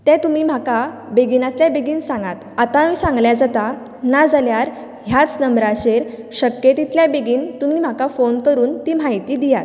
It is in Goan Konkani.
तें तुमी म्हाका बेगीनांतल्या बेगीन सांगात आतांय सांगल्यार जाता नाजाल्यार ह्याच नंबराचेर शक्य तितले बेगीन तुमी म्हाका फोन करून ती म्हायती दियात